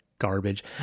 garbage